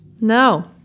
No